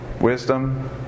Wisdom